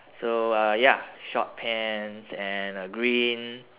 so uh ya short pants and a green